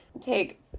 take